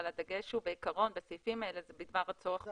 אבל הדגש בעיקרון בסעיפים האלה הוא בדבר הצורך בהסכמה.